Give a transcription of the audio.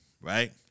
right